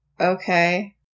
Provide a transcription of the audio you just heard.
okay